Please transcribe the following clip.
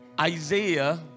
Isaiah